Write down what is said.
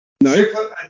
No